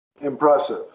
impressive